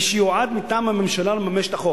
מי שיועד מטעם הממשלה לממש את החוק,